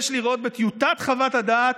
יש לראות בטיוטת חוות הדעת,